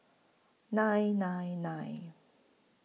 nine nine nine